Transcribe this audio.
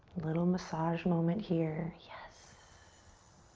little massage moment here. yes.